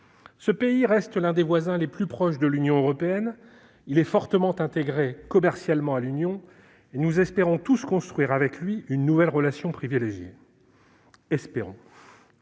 Ce pays reste l'un des voisins les plus proches de l'Union européenne, il est fortement intégré commercialement à l'Union, et nous espérons tous construire avec lui une nouvelle relation privilégiée. Bien